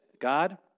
God